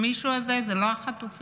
המישהו הזה זה לא החטופים.